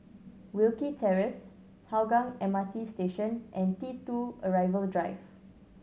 Wilkie Terrace Hougang M R T Station and T Two Arrival Drive